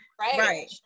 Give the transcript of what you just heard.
right